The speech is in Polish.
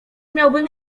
miałbym